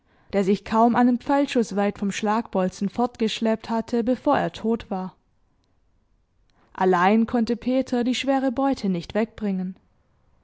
der sich kaum einen pfeilschuß weit vom schlagbolzen fortgeschleppt hatte bevor er tot war allein konnte peter die schwere beute nicht wegbringen